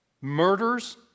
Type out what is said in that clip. murders